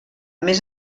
més